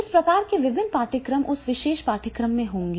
इस प्रकार के विभिन्न पाठ्यक्रम उस विशेष पाठ्यक्रम में होंगे